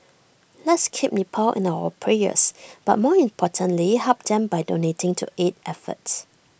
let's keep Nepal in our prayers but more importantly help them by donating to aid efforts